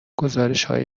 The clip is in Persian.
گزارشهای